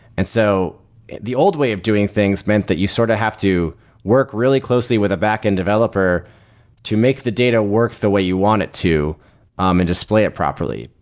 and so the old way of doing things meant that you sort of have to work really closely with the backend developer to make the data work the way you want it to um and display it properly.